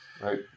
Right